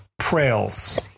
trails